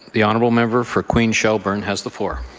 the honourable member for queens-shelburne has the floor.